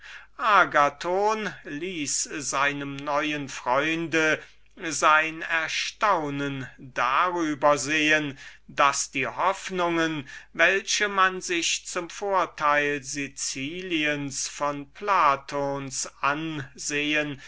seinem neuen freunde sein erstaunen darüber sehen daß die hoffnungen welche man sich zum vorteil siciliens von platons ansehen